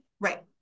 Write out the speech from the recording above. Right